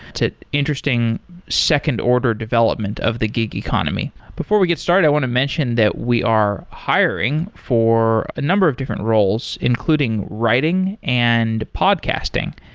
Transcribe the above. interesting second-order development of the gig economy. before we get started, i want to mention that we are hiring for a number of different roles, including writing and podcasting.